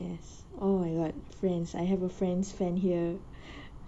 yes oh my god friends I have a friends fan here